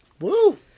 Woo